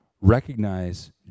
recognize